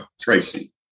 Tracy